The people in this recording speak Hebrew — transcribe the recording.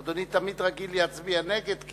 חבר הכנסת לוין, אדוני תמיד רגיל להצביע נגד?